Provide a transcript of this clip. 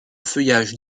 feuillage